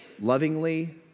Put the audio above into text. lovingly